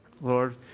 Lord